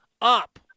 up